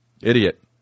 idiot